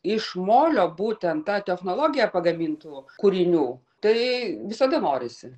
iš molio būtent ta technologija pagamintų kūrinių tai visada norisi